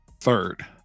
third